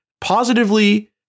positively